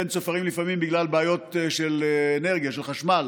לפעמים אין צופרים בגלל בעיות של אנרגיה, של חשמל